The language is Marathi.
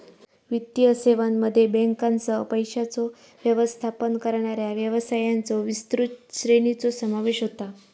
वित्तीय सेवांमध्ये बँकांसह, पैशांचो व्यवस्थापन करणाऱ्या व्यवसायांच्यो विस्तृत श्रेणीचो समावेश होता